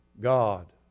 God